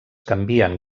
canvien